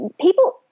People